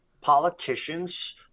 politicians